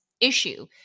issue